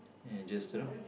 and just you know